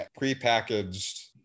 prepackaged